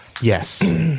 yes